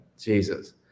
Jesus